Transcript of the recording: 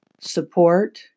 support